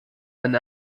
einen